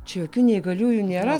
čia jokių neįgaliųjų nėra